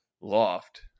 loft